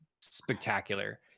spectacular